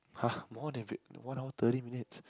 !huh! more than one hour thirty minutes